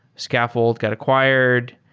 scaffold got acquired.